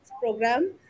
program